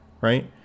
Right